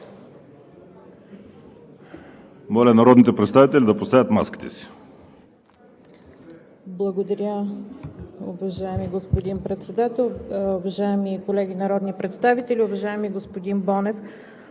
Моля народните представители да поставят маските си! ИВЕЛИНА ВАСИЛЕВА (ГЕРБ): Благодаря, уважаеми господин Председател. Уважаеми колеги народни представители, уважаеми господин Бонев!